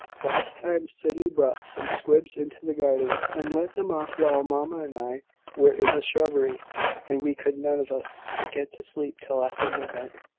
last time, sydney brought some squibs into the garden, and let them off while mamma and i were in the shrubbery and we could none of us get to sleep till after midnight